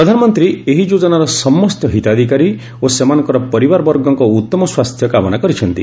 ପ୍ରଧାନମନ୍ତ୍ରୀ ଏହି ଯୋଜନାର ସମସ୍ତ ହିତାଧିକାରୀ ଓ ସେମାନଙ୍କର ପରିବାର ବର୍ଗଙ୍କ ଉତ୍ତମ ସ୍ୱାସ୍ଥ୍ୟ କାମନା କରିଛନ୍ତି